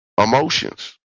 emotions